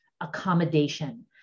accommodation